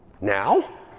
now